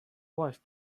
wife